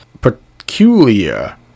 peculiar